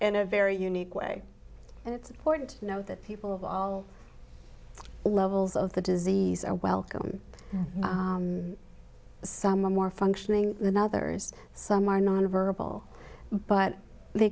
and a very unique way and it's important to know that people of all levels of the disease are welcome someone more functioning than others some are non verbal but the